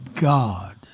God